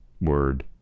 word